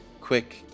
quick